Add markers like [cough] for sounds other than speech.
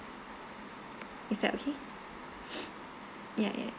is that okay [noise] ya ya